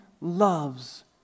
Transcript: loves